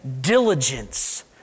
diligence